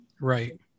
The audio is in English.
Right